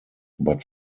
but